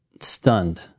stunned